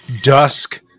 dusk